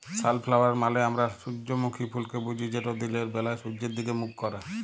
sunflower মালে আমরা সূজ্জমুখী ফুলকে বুঝি যেট দিলের ব্যালায় সূয্যের দিগে মুখ ক্যারে